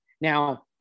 Now